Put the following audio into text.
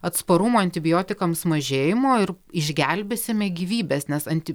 atsparumo antibiotikams mažėjimo ir išgelbėsime gyvybes nes anti